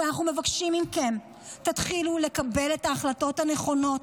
אבל אנחנו מבקשים מכם: תתחילו לקבל את ההחלטות הנכונות.